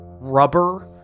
rubber